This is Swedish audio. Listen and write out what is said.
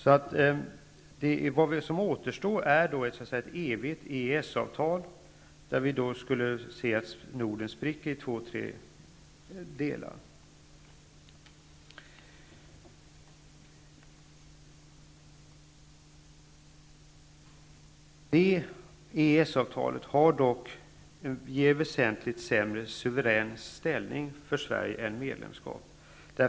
Vad som återstår är så att säga ett evigt EES-avtal som innebär att Norden spricker och kommer att bestå av två tre delar. EES-avtalet innebär dock en väsentligt sämre suverän ställning för Sverige än vad ett medlemskap skulle innebära.